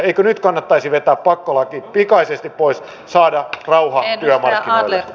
eikö nyt kannattaisi vetää pakkolait pikaisesti pois saada rauha työmarkkinoille